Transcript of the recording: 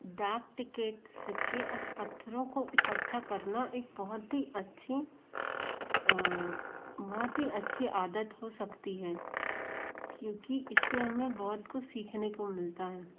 डाक टिकेट सिक्के और पत्थरों को इकट्ठा करना एक बहुत ही अच्छी बहुत ही अच्छी आदत हो सकती है क्योंकि इस से हमें बहुत कुछ सीखने को मिलता है